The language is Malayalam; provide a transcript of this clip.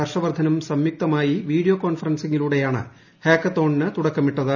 ഹർഷ് വർധനും സംയുക്തമായി വീഡിയോ കോൺഫറൻസിംഗിലൂടെയാണ് ഹാക്കത്തോണിനു തുടക്കമിട്ടത്